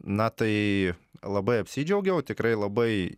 na tai labai apsidžiaugiau tikrai labai